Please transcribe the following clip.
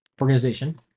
organization